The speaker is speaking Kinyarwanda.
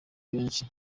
henshi